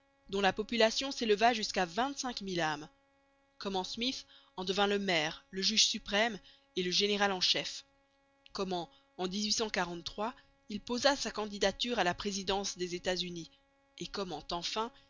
dont la population s'éleva jusqu'à vingt-cinq mille âmes comment smyth en devint le maire le juge suprême et le général en chef comment en il posa sa candidature à la présidence des états-unis et comment enfin